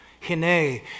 Hine